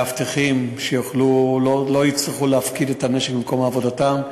מאבטחים שלא יצטרכו להפקיד את הנשק במקום עבודתם,